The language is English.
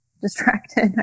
distracted